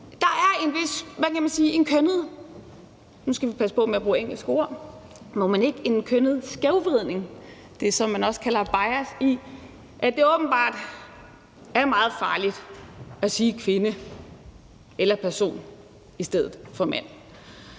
ikke, men det er det, som man også kalder bias, i forhold til at det åbenbart er meget farligt at sige kvinde eller person i stedet for mand.